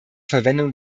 verwendung